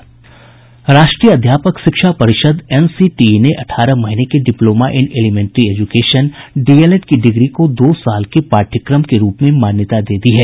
राष्ट्रीय अध्यापक शिक्षा परिषद एनसीटीई ने अठारह महीने के diploma in elementary education DElEd की डिग्री को दो साल के पाठ्यक्रम के रूप में मान्यता दे दी है